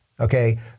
Okay